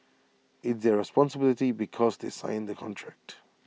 it's their responsibility because they sign the contract